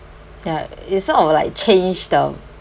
ya it's sort of like change the